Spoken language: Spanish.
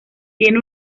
tiene